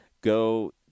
Go